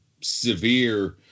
severe